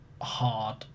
hard